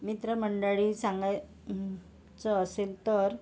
मित्रमंडळी सांगायचं असेल तर